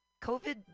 COVID